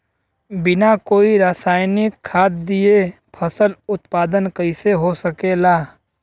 बिना कोई रसायनिक खाद दिए फसल उत्पादन कइसे हो सकेला?